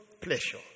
pleasure